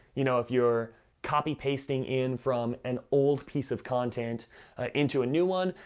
you know if you're copy-pasting in from an old piece of content ah into a new one,